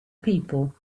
people